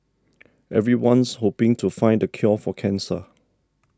everyone's hoping to find the cure for cancer